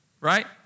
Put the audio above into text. right